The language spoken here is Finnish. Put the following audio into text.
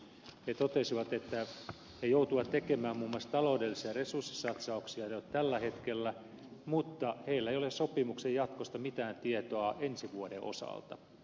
he totesivat että he joutuvat tekemään muun muassa taloudellisia resurssisatsauksia jo tällä hetkellä mutta heillä ei ole sopimuksen jatkosta mitään tietoa ensi vuoden osalta